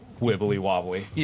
wibbly-wobbly